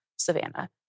Savannah